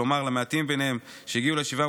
כלומר למעטים מהם שהגיעו לישיבה,